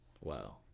Wow